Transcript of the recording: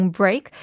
break